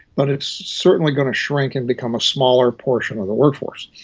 but it's certainly going to shrink and become a smaller portion of the workforce.